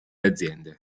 aziende